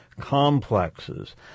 complexes